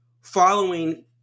following